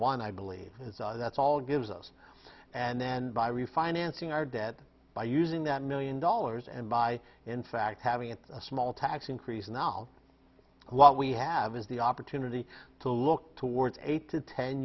one i believe that's all gives us and then by refinancing our debt by using that million dollars and by in fact having a small tax increase now what we have is the opportunity to look towards eight to ten